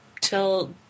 till